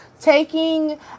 taking